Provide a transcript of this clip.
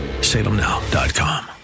salemnow.com